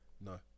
No